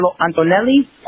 Antonelli